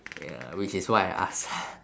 ya which is why I asked ah